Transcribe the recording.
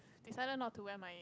decided not to wear my